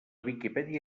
viquipèdia